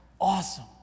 awesome